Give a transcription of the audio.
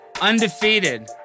Undefeated